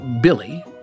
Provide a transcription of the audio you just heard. Billy